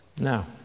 Now